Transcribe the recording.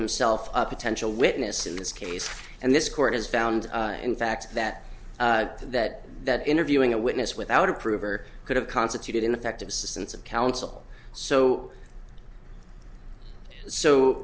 himself a potential witness in this case and this court has found in fact that that that interviewing a witness without approver could have constituted ineffective assistance of counsel so so